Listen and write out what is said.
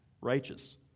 righteous